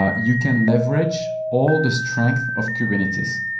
ah you can leverage all the strength of kubernetes,